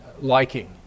liking